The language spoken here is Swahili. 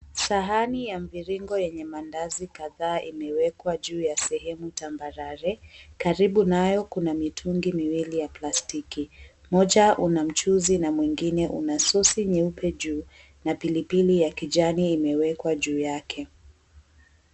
Sahani ya mviringo yenye 𝑚𝑎𝑛𝑑𝑎𝑧𝑖 kadhaa imewekwa juu ya sehemu tambarare. Karibu nayo kuna mitungi miwili ya plastiki mmoja una mchuzi na mwingine una s𝑢si nyeupe juu na pilipili ya kijani imewekwa juu yake.